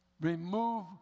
Remove